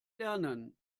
lernen